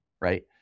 right